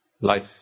life